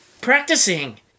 practicing